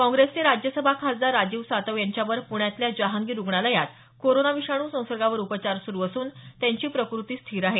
काँग्रेसचे राज्यसभा खासदार राजीव सातव यांच्यावर प्ण्यातल्या जहांगीर रुग्णालयात कोरोना विषाणू संसर्गावर उपचार सुरु असून त्यांची प्रकृती स्थिर आहे